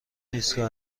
ایستگاه